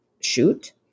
shoot